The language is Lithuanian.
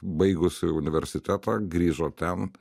baigusi universitetą grįžo ten